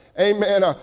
Amen